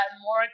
more